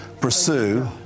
Pursue